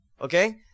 Okay